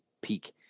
peak